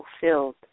fulfilled